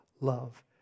love